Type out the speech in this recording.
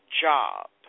job